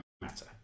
matter